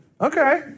okay